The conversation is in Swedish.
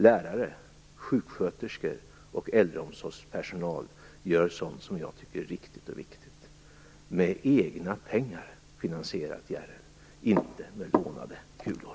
Lärare, sjuksköterskor och äldreomsorgspersonal gör sådant som jag tycker är riktigt och viktigt, finansierat med egna pengar, Järrel, inte med lånade kulor.